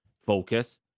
focus